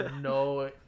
no